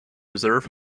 reserve